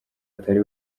atari